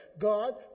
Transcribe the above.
God